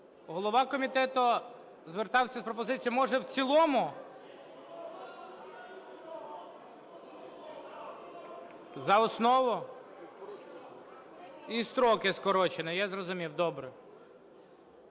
Голова комітету звертався з пропозицією… Може, в цілому? За основу? І строки скорочено, я зрозумів, добре.